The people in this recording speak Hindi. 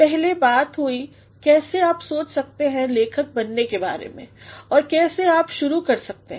पहले बात हुई कैसे आप सोच सकते हैं लेखक बनने के बारे में और कैसे आप शुरू कर सकते हैं